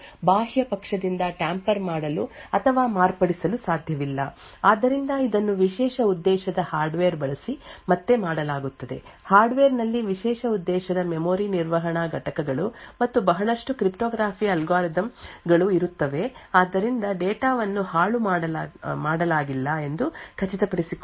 ಇದೇ ರೀತಿಯಾಗಿ ನಾವು ಎನ್ಕ್ಲೇವ್ ನೊಳಗೆ ಇರುವ ಕೋಡ್ ಮತ್ತು ಡೇಟಾ ದ ಸಮಗ್ರತೆಯನ್ನು ಸಾಧಿಸುತ್ತೇವೆ ಆದ್ದರಿಂದ ನಾವು ಇದರ ಅರ್ಥ ಏನೆಂದರೆ ಯಾವುದೇ ಕೋಡ್ ಮತ್ತು ಡೇಟಾವನ್ನು ಬಾಹ್ಯ ಪಕ್ಷದಿಂದ ಟ್ಯಾಂಪರ್ ಮಾಡಲು ಅಥವಾ ಮಾರ್ಪಡಿಸಲು ಸಾಧ್ಯವಿಲ್ಲ ಆದ್ದರಿಂದ ಇದನ್ನು ವಿಶೇಷ ಉದ್ದೇಶದ ಹಾರ್ಡ್ವೇರ್ ಬಳಸಿ ಮತ್ತೆ ಮಾಡಲಾಗುತ್ತದೆ ಹಾರ್ಡ್ವೇರ್ನಲ್ಲಿ ವಿಶೇಷ ಉದ್ದೇಶದ ಮೆಮೊರಿ ನಿರ್ವಹಣಾ ಘಟಕಗಳು ಮತ್ತು ಬಹಳಷ್ಟು ಕ್ರಿಪ್ಟೋಗ್ರಫಿ ಅಲ್ಗಾರಿದಮ್ ಗಳು ಇರುತ್ತವೆ ಆದ್ದರಿಂದ ಡೇಟಾವನ್ನು ಹಾಳು ಮಾಡಲಾಗಿಲ್ಲ ಎಂದು ಖಚಿತಪಡಿಸಿಕೊಳ್ಳಿ